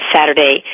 Saturday